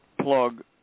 plug